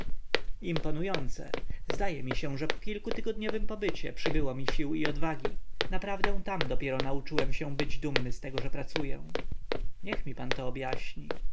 imponujące zdaje mi się że po kilkutygodniowym pobycie przybyło mi sił i odwagi naprawdę tam dopiero nauczyłem się być dumnym z tego że pracuję niech mi pan to objaśni